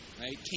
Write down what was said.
right